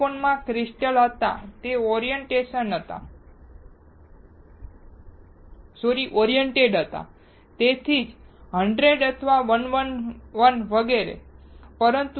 silicon માં crystal હતા તે ઓરિએન્ટેડ હતા તેથી જ 100 અથવા 111 વગેરે